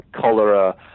cholera